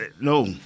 no